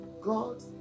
God